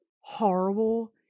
horrible